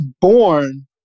born